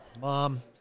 mom